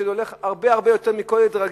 שזה הולך הרבה הרבה יותר מכל ילד רגיל,